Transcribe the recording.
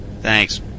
Thanks